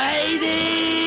Lady